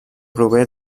prové